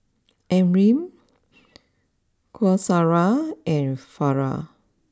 Amrin Qaisara and Farah